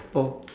oh